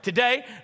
Today